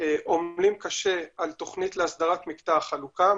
עומלים קשה על תכנית להסדרת מקטע החלוקה,